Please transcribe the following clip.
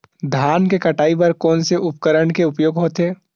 धान के कटाई बर कोन से उपकरण के उपयोग होथे?